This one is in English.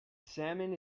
salmon